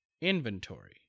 inventory